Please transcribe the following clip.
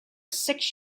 six